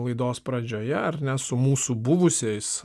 laidos pradžioje ar ne su mūsų buvusiais